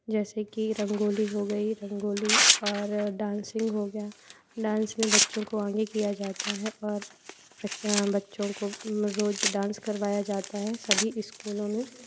जैसे की रंगोली हो गई रंगोली और डांसिंग हो गया डांस में बच्चों को आगे किया जाता है और ब बच्चों को रोज़ डांस करवाया जाता है सभी स्कूलों में